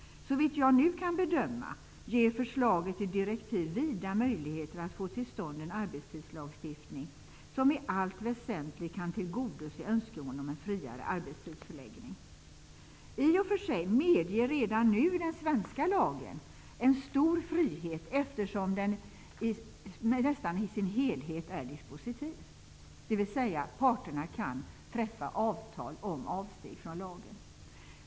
Såvitt jag nu kan bedöma ger förslaget till direktiv vida möjligheter att få till stånd en arbetstidslagstiftning som i allt väsentligt kan tillgodose önskemålen om en friare arbetstidsförläggning. I och för sig medger redan nu den svenska lagen en stor frihet, eftersom den nästan i sin helhet är dispositiv. Parterna kan träffa avtal om avsteg från lagen.